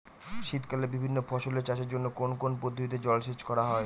শীতকালে বিভিন্ন ফসলের চাষের জন্য কোন কোন পদ্ধতিতে জলসেচ করা হয়?